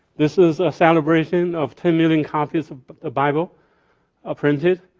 this is a celebration of ten million copies of but the bible ah printed.